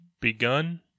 begun